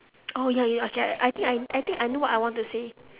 oh ya you okay I I think I I think I know what I want to say